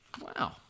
Wow